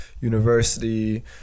university